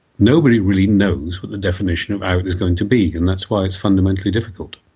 nobody really knows what the definition of how it is going to be, and that's why it is fundamentally difficult.